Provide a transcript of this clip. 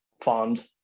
fond